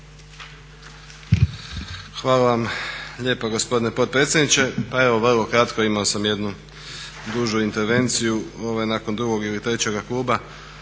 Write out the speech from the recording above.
Hvala vam lijepa gospodine potpredsjedniče. Pa evo vrlo kratko, imao sam jednu dužu intervenciju, nakon drugo ili trećega kluba,